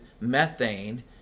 methane